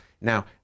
Now